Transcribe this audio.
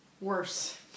Worse